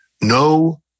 No